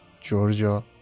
Georgia